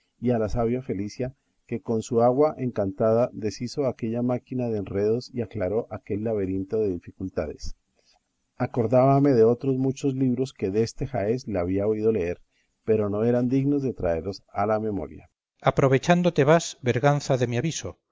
a la sabia felicia que con su agua encantada deshizo aquella máquina de enredos y aclaró aquel laberinto de dificultades acordábame de otros muchos libros que deste jaez la había oído leer pero no eran dignos de traerlos a la memoria cipión aprovechándote vas berganza de mi aviso